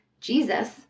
Jesus